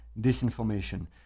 disinformation